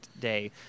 day